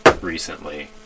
recently